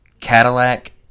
Cadillac